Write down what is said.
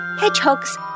hedgehogs